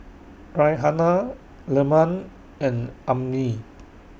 Raihana Leman and Ummi